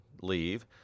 leave